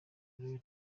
royal